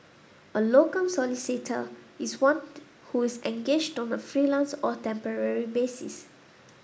a locum solicitor is one who is engaged on a freelance or temporary basis